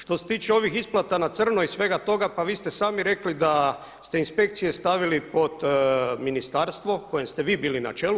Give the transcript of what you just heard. Što se tiče ovih isplata na crno i svega toga, pa vi ste sami rekli da ste inspekcije stavili pod ministarstvo kojem ste vi bili na čelu.